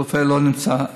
כשרופא לא נמצא.